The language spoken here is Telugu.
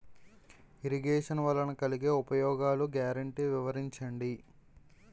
ఇరగేషన్ వలన కలిగే ఉపయోగాలు గ్యారంటీ వివరించండి?